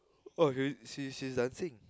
oh really she's she's dancing